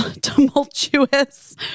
tumultuous